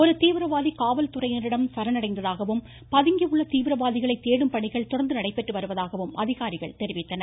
ஒரு தீவிரவாதி காவல் துறையினரிடம் சரணடைந்ததாகவும் பதுங்கியுள்ள தீவிரவாதிகளை தேடும் பணிகள் தொடர்ந்து நடைபெற்று வருவதாகவும் அதிகாரிகள் தெரிவித்தனர்